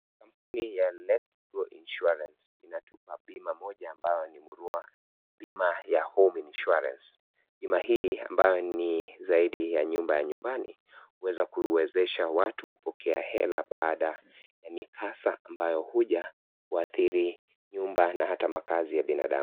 Kampuni ya Letshego insurance inatupa bima moja ambayo ni murwa, bima ya home insurance .Bima hii ambayo ni zaidi ya bima ya nyumbani huweza kuwezesha watu kupokea hela baada ya mikasa ambayo huja kuathiri nyumba na hata makazi ya binadamu.